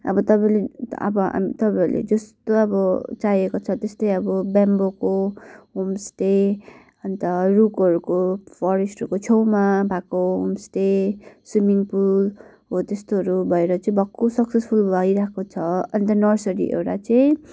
अब तपाईँले अब तपाईँहरूले जस्तो अब चाहिएको छ त्यस्तै अब बम्बोको होमस्टे अन्त रुखहरूको फरेस्टहरूको छेउमा भएको होमस्टे स्विमिङ पुल हो त्यस्तोहरू भएर चाहिँ भक्कु सक्सेसफुल भइरहेको छ अन्त नर्सरी एउटा चाहिँ